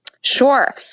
Sure